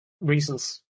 Reasons